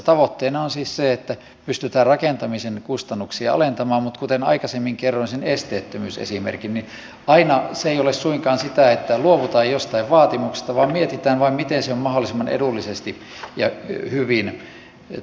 tavoitteena on siis se että pystytään rakentamisen kustannuksia alentamaan mutta kuten aikaisemmin kerroin sen esteettömyysesimerkin avulla aina se ei ole suinkaan sitä että luovutaan joistain vaatimuksista vaan mietitään vain miten se on mahdollisimman edullisesti ja hyvin toteutettavissa